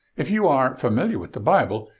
if you are familiar with the bible,